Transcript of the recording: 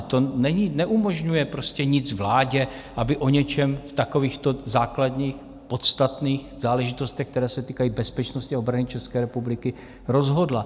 To neumožňuje vládě, aby o něčem v takovýchto základních podstatných záležitostech, které se týkají bezpečnosti obrany České republiky, rozhodla.